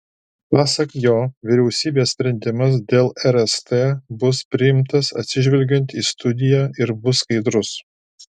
pasak jo vyriausybės sprendimas dėl rst bus priimtas atsižvelgiant į studiją ir bus skaidrus